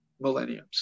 millenniums